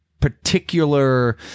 particular